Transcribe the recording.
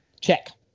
check